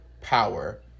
power